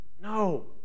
No